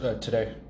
today